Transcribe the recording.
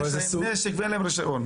זה מי שיש להם נשק ואין להם רישיון.